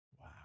wow